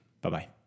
Bye-bye